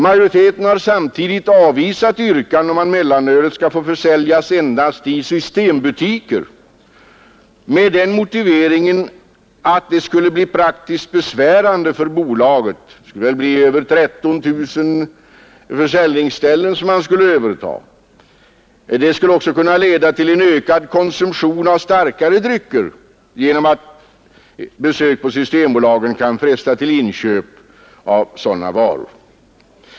Samtidigt har utskottsmajoriteten avvisat yrkande om att mellanölet skulle få försäljas endast i systembutiker, och motiveringen härför är att det skulle bli praktiskt besvärande för bolaget. Man skulle då få överta över 13 000 försäljningsställen. Det skulle också kunna leda till en ökad konsumtion av starkare drycker genom att besök på systembolagsbutikerna kan fresta till inköp av sådana varor.